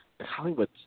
Hollywood